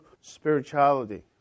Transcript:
spirituality